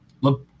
look